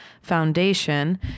foundation